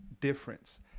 difference